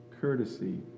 courtesy